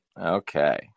Okay